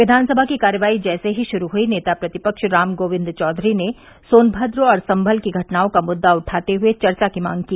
क्विनसभा की कार्यवाही जैसे ही शुरू हुई नेता प्रतिपक्ष राम गोविन्द चौधरी ने सोनभद्र और संभल की घटनाओं का मुद्दा उठाते हुए चर्चा की मांग की